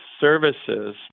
services